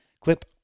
clip